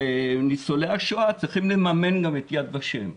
שניצולי השואה צריכים לממן גם את יד ושם.